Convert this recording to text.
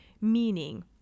meaning